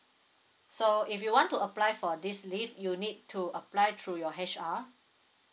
so if you want to apply for this leave you need to apply through your H_R